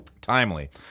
timely